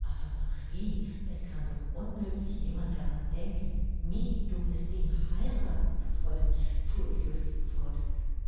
aber marie es kann doch unmöglich jemand daran denken mich dummes ding heirathen zu wollen fuhr ich lustig fort